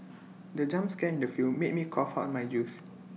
the jump scare in the film made me cough out my juice